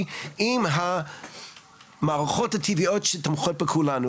עם המערכות הטבעיות שתומכות בכולנו,